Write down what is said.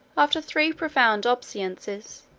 after three profound obeisances,